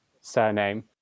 surname